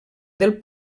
del